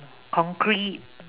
concrete